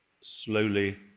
slowly